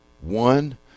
one